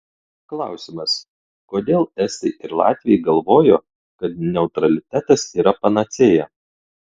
klausimas kodėl estai ir latviai galvojo kad neutralitetas yra panacėja